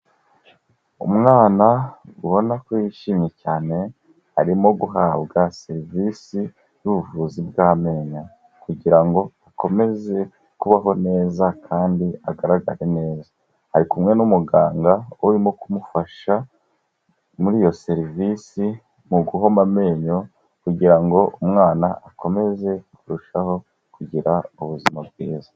Umwana ubona ko yishimye cyane arimo guhabwa serivisi y'ubuvuzi bw'amenyo kugirango akomeze kubaho neza kandi agaragare neza. Ari kumwe n'umuganga urimo kumufasha muri iyo serivisi mu guhoma amenyo kugira ngo umwana akomeze kurushaho kugira ubuzima bwiza.